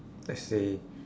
let's say